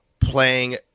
playing